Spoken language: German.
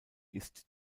ist